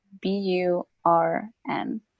B-U-R-N